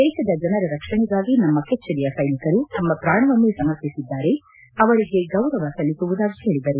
ದೇಶದ ಜನರ ರಕ್ಷಣೆಗಾಗಿ ನಮ್ಮ ಕೆಚ್ಚೆದೆಯ ಸೈನಿಕರು ತಮ್ಮ ಪ್ರಾಣವನ್ನೇ ಸಮರ್ಪಿಸಿದ್ದಾರೆ ಅವರಿಗೆ ಗೌರವ ಸಲ್ಲಿಸುವುದಾಗಿ ಹೇಳಿದರು